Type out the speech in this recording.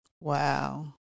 wow